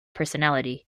personality